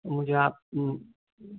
مجھے آپ